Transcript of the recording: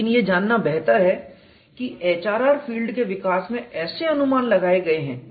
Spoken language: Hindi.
लेकिन यह जानना बेहतर है कि HRR फील्ड के विकास में ऐसे अनुमान लगाए गए हैं